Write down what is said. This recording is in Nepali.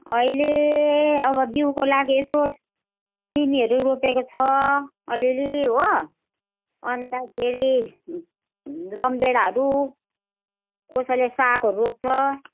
अहिले अब बिउको लागि यसो सिमीहरू रोपेको छ अलिअलि हो अन्तखेरि रमभेडाहरू कसैले सागहरू रोप्छ